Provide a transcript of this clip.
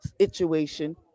situation